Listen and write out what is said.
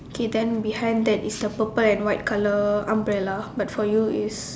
K then behind that is the purple and white colour umbrella but for you is